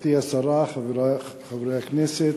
גברתי השרה, חברי חברי הכנסת,